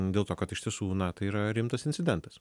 dėl to kad iš tiesų na tai yra rimtas incidentas